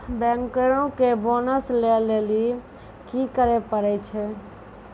बैंकरो के बोनस लै लेली कि करै पड़ै छै?